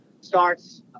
starts